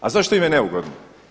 A zašto im je neugodno?